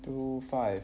two five